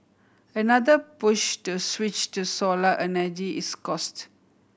another push to switch to solar energy is cost